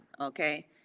okay